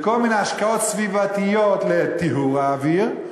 וכל מיני השקעות סביבתית לטיהור האוויר,